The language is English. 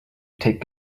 take